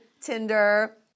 Tinder